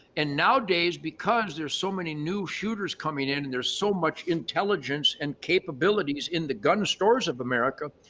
and nowadays, because there's so many new shooters coming in and there's so much intelligence and capabilities in the gun stores of america,